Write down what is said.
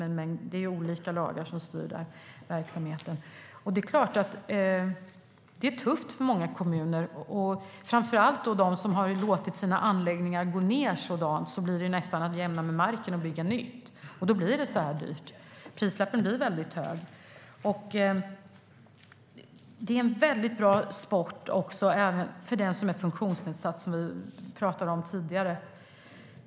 Det är ju olika lagar som styr verksamheten. Det är tufft för många kommuner. De kommuner som har låtit sina anläggningar bli alldeles för nedgångna måste nästan jämna dem med marken och bygga nytt. Då blir prislappen hög. Det är en bra sport också för den som är funktionsnedsatt, som vi pratade om tidigare.